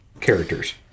characters